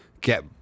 get